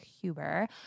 Huber